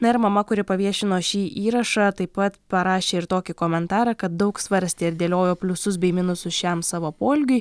na ir mama kuri paviešino šį įrašą taip pat parašė ir tokį komentarą kad daug svarstė ir dėliojo pliusus bei minusus šiam savo poelgiui